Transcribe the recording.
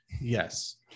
yes